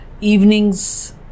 evenings